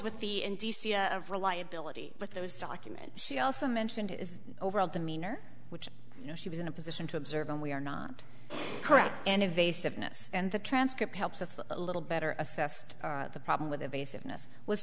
with the in d c of reliability but those documents she also mentioned is overall demeanor which you know she was in a position to observe and we are not correct and evasiveness and the transcript helps us a little better assess the problem with